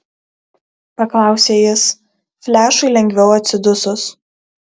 paklausė jis flešui lengviau atsidusus